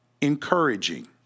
encouraging